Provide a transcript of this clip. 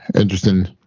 interesting